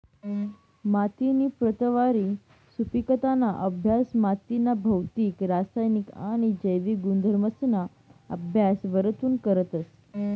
मातीनी प्रतवारी, सुपिकताना अभ्यास मातीना भौतिक, रासायनिक आणि जैविक गुणधर्मसना अभ्यास वरथून करतस